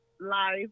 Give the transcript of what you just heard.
life